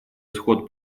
исход